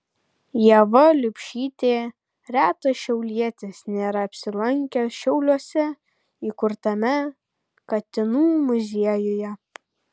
ieva liubšytė retas šiaulietis nėra apsilankęs šiauliuose įkurtame katinų muziejuje